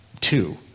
two